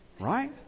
right